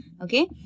Okay